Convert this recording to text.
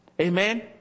Amen